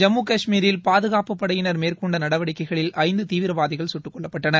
ஜம்மு கஷமீரில் பாதுகாப்புப் படையினர் மேற்கொண்ட நடவடிக்கைகளில் ஐந்து தீவிரவாதிகள் சுட்டுக் கொல்லப்பட்டனர்